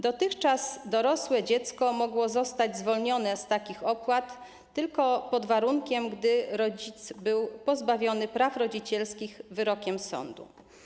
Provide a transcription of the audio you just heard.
Dotychczas dorosłe dziecko mogło zostać zwolnione z takich opłat tylko pod warunkiem, że rodzic był pozbawiony praw rodzicielskich wyrokiem sądu.